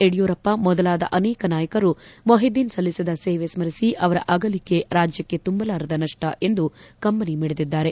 ಯಡಿಯೂರಪ್ಪ ಮೊದಲಾದ ಅನೇಕ ನಾಯಕರು ಮೊಹಿದೀನ್ ಸಲ್ಲಿಸಿದ ಸೇವೆ ಸ್ವರಿಸಿ ಅವರ ಅಗಲಿಕೆ ರಾಜ್ಯಕ್ಷೆ ತುಂಬಲಾರದ ನಷ್ಷ ಎಂದು ಕಂಬನಿ ಮಿಡಿದಿದ್ದಾರೆ